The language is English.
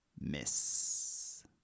miss